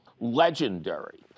legendary